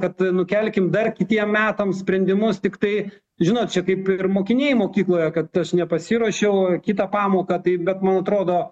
kad nukelkime dar kitiem metam sprendimus tiktai žinot čia kaip ir mokiniai mokykloje kad aš nepasiruošiau kitą pamoką taip bet man atrodo